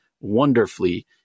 wonderfully